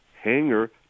Hangar